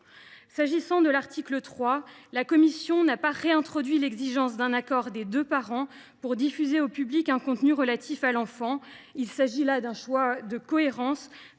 avancée. À l’article 3, la commission n’a pas réintroduit l’exigence d’un accord des deux parents pour diffuser au public un contenu relatif à l’enfant. Il s’agit là d’un choix cohérent